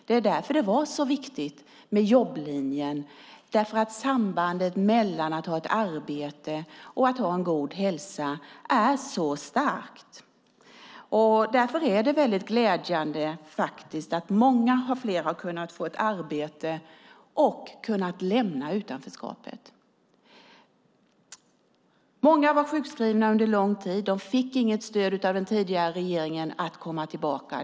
Det är därför det var så viktigt med jobblinjen, för sambandet mellan att ha ett arbete och att ha en god hälsa är så starkt. Därför är det väldigt glädjande att många fler har kunnat få ett arbete och kunnat lämna utanförskapet. Många var sjukskrivna under lång tid och fick inget stöd av den tidigare regeringen att komma tillbaka.